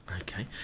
Okay